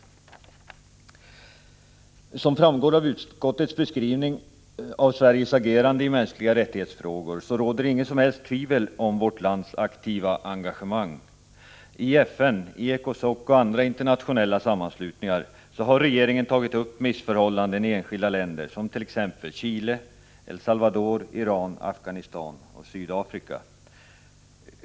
Som framgår av utskottets beskrivning av Sveriges agerande i frågor om mänskliga rättigheter, råder inget som helst tvivel om vårt lands aktiva engagemang. I FN, Ecosoc och andra internationella sammanslutningar har regeringen tagit upp missförhållanden i enskilda länder som t. ex Chile, El Salvador, Iran, Afghanistan och Sydafrika.